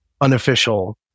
unofficial